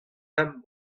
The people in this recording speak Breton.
pemp